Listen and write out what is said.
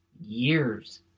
years